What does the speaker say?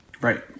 Right